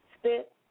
Spit